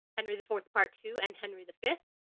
henry the fourth, part two, and henry the fifth.